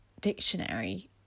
dictionary